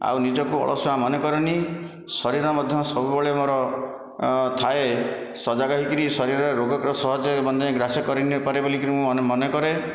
ଆଉ ନିଜକୁ ଅଳସୁଆ ମନେକରେନି ଶରୀର ମଧ୍ୟ ସବୁବେଳେ ମୋର ଥାଏ ସଜାଗ ହୋଇକରି ଶରୀରରେ ରୋଗ ତ ସହଜରେ ମାନେ ଗ୍ରାସ କରି ନପାରେ ବୋଲି ମୁଁ ମନେକରେ